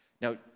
Now